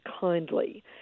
kindly